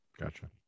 Gotcha